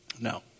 No